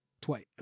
twice